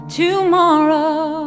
tomorrow